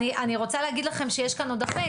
אני רוצה להגיד לכם שיש עוד הרבה,